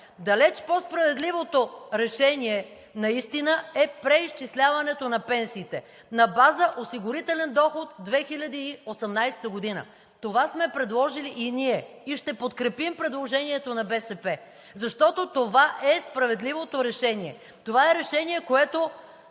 Далеч по справедливото решение наистина е преизчисляването на пенсиите на база осигурителен доход 2018 г. Това сме предложили и ние и ще подкрепим предложението на БСП, защото това е справедливото решение. Това е решение, което